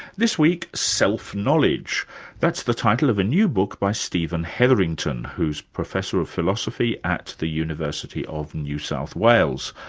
this week, self-knowledge. that's the title of a new book by stephen hetherington, who's professor of philosophy at the university of new south wales.